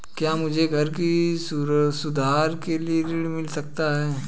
क्या मुझे घर सुधार के लिए ऋण मिल सकता है?